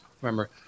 Remember